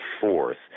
fourth